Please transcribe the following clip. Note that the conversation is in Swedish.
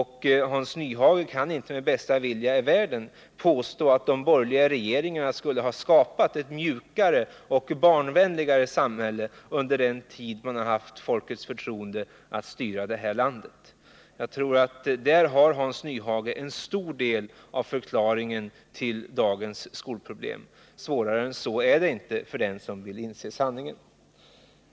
Hans Nyhage kan inte med bästa vilja i världen påstå att de borgerliga regeringarna skulle ha skapat ett mjukare och barnvänligare samhälle under den tid som de har haft folkets mandat att styra detta land. Jag tror att Hans Nyhage där kan finna en stor del av förklaringen till dagens skolproblem. Svårare än så är det inte för dem som vill inse sanningen.